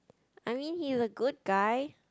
I mean he's a good guy